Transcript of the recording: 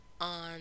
on